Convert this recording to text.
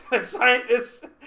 Scientists